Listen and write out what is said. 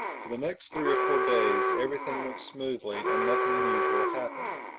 for the next three or four days everything went smoothly and nothing unusual happened.